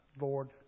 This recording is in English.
Lord